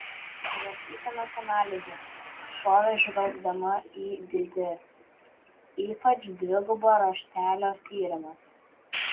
rašysenos analizė šovė žvelgdama į didi ypač dvigubo raštelio tyrimas